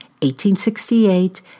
1868